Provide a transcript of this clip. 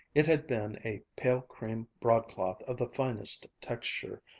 it had been a pale cream broadcloth of the finest texture,